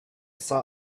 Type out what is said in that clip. saw